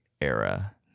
era